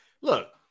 look